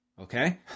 okay